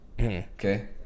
Okay